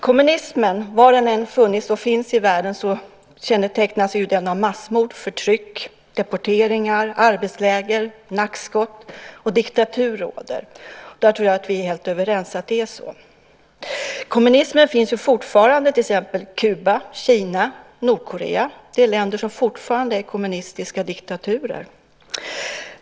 Kommunismen, var den än har funnits och finns i världen, kännetecknas av massmord, förtryck, deporteringar, arbetsläger och nackskott. Diktatur råder. Att det är så tror jag att vi är helt överens om. Kommunismen finns fortfarande i till exempel Kuba, Kina och Nordkorea. Det är länder som fortfarande är kommunistiska diktaturer.